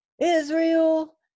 Israel